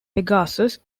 pegasus